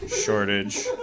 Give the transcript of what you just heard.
shortage